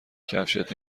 کفشت